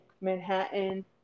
Manhattan